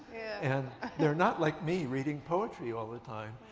and they're not like me, reading poetry all the time,